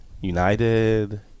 United